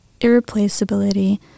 irreplaceability